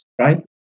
right